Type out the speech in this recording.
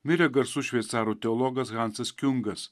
mirė garsus šveicarų teologas hansas kiungas